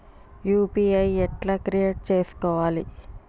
UPI ఎట్లా create చేసుకోవాలి?